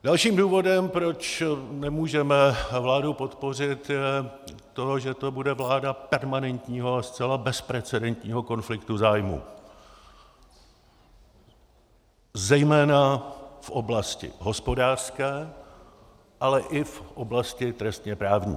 Dalším důvodem, proč nemůžeme vládu podpořit, je to, že to bude vláda permanentního a zcela bezprecedentního konfliktu zájmů, zejména v oblasti hospodářské, ale i v oblasti trestněprávní.